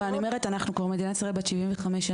אני אומרת, שאנחנו כבר מדינת ישראל בת 75 שנים.